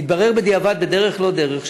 בדרך-לא-דרך,